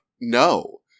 no